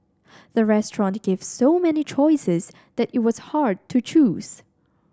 the restaurant gave so many choices that it was hard to choose